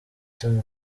tom